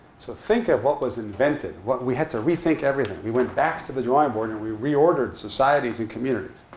so think of what was invented! what we had to rethink everything! we went back to the drawing board. and we reordered societies and communities.